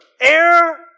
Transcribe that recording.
air